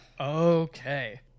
Okay